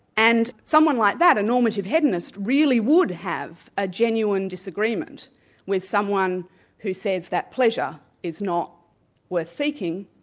and someone like that, a normative hedonist, really would have a genuine disagreement with someone who says that pleasure is not worth seeking,